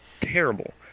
terrible